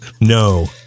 No